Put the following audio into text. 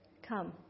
Come